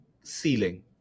ceiling